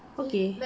okay